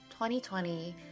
2020